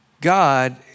God